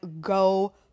go